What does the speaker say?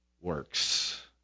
works